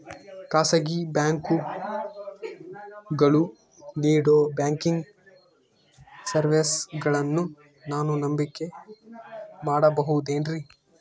ಖಾಸಗಿ ಬ್ಯಾಂಕುಗಳು ನೇಡೋ ಬ್ಯಾಂಕಿಗ್ ಸರ್ವೇಸಗಳನ್ನು ನಾನು ನಂಬಿಕೆ ಮಾಡಬಹುದೇನ್ರಿ?